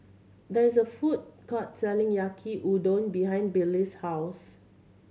there is a food court selling Yaki Udon behind Billy's house